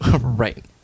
Right